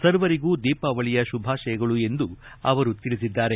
ಸರ್ವರಿಗೂ ದೀಪಾವಳಿಯ ಶುಭಾಶಯಗಳು ಎಂದು ತಿಳಿಸಿದ್ದಾರೆ